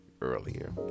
earlier